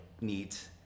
neat